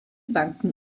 banken